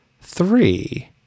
three